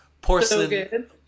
porcelain